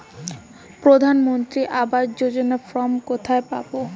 প্রধান মন্ত্রী আবাস যোজনার ফর্ম কোথায় পাব?